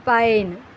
pine